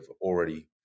already